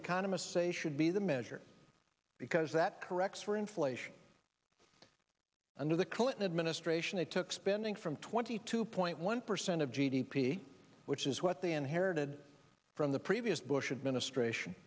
economists say should be the measure because that corrects for inflation under the clinton administration they took spending from twenty two point one percent of g d p which is what they inherited from the previous bush administration